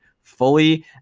fully